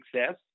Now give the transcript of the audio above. success